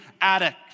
addict